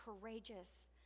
courageous